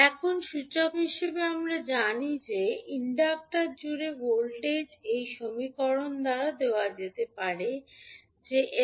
এখন সূচক হিসাবে আমরা জানি যে ইন্ডাক্টর জুড়ে ভোল্টেজ এই সমীকরণ দ্বারা দেওয়া যেতে পারে যে 𝐿 𝑑𝑖